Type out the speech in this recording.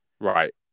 Right